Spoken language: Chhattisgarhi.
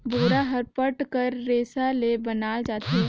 बोरा हर पट कर रेसा ले बनाल जाथे